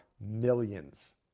millions